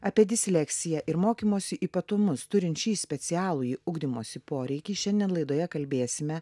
apie disleksiją ir mokymosi ypatumus turint šį specialųjį ugdymosi poreikį šiandien laidoje kalbėsime